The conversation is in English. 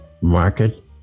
market